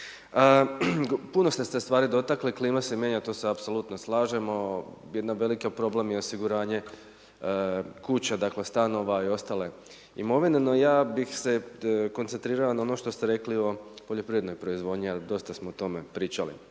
Puno ste se stvari dotakli, klima se mijenja, to se apsolutno slažemo, jedan veliki problem je osiguranje kuća, dakle stanova i ostale imovine. No, ja bih se koncentrirao na ono što ste rekli o poljoprivrednoj proizvodnji, ali dosta smo o tome pričali.